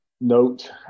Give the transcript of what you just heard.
note